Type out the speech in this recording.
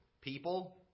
people